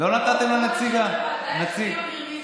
לא נתתם, ודי לחכימא ברמיזא.